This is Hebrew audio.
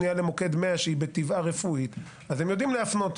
למוקד 100 שהיא רפואית, בטבעה הם יודעים להפנות.